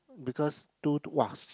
because two to !wah!